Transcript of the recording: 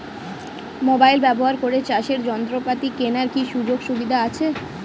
Mobile ব্যবহার করে চাষের যন্ত্রপাতি কেনার কি সুযোগ সুবিধা আছে?